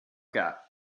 got